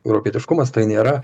europietiškumas tai nėra